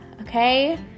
Okay